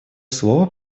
слово